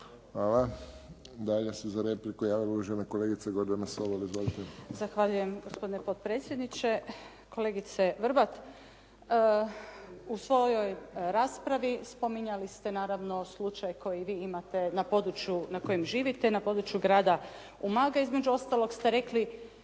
Hvala. Dalje se za repliku javila uvažena kolegica Gordana Sobol. Izvolite. **Sobol, Gordana (SDP)** Zahvaljujem gospodine potpredsjedniče. Kolegice Vrbat, u svojoj raspravi spominjali ste naravno slučaj koji vi imate na području na kojem živite, na području grada Umaga. Između ostalog ste rekli,